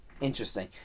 Interesting